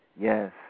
Yes